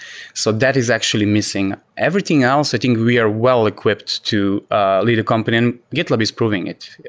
so that is actually missing. everything else, i think we are well equipped to lead a company, and gitlab is proving it,